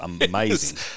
amazing